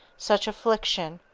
such affliction,